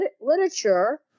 literature